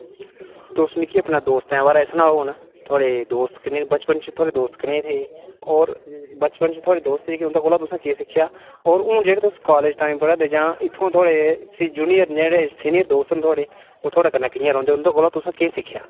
तुस मिगी अपने दोस्तें दे बारे च सनाओ हून थुहाड़े दोस्त किन्ने हे बचपन च थुहाड़े दोस्त कनेह् हे और बचपन च जेह्ड़े थुहाड़े दोस्त हे उं'दे कोला तुसें केह् सिक्खेआ और हून जेह्ड़े तुस कालेज टाईम पढ़ै दे जां इत्थुआं थुआढ़े जुनियर जेह्ड़े जां सीनियर दोस्त न थुहाड़े ओह् थुहाड़े कन्नै कि'यां रौंह्दे तुसें उं'दे कोला तुसें केह् सिक्खेआ